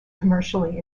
commercially